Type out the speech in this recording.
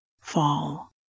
fall